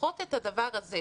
לפחות את הדבר הזה,